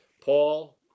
Paul